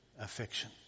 affection